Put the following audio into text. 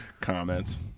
Comments